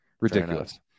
Ridiculous